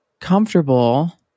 comfortable